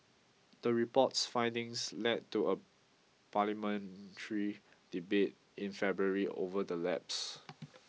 the report's findings led to a parliamentary debate in February over the lapses